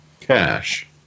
cash